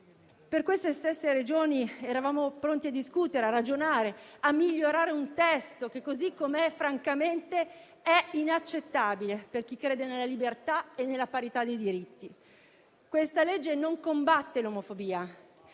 Per queste stesse ragioni eravamo pronti a discutere, ragionare e migliorare un testo che, così com'è, francamente è inaccettabile per chi crede nella libertà e nella parità dei diritti. Questa legge non combatte l'omofobia: